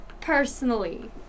personally